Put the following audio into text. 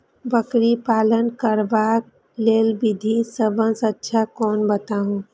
बकरी पालन करबाक लेल विधि सबसँ अच्छा कोन बताउ?